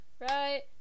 right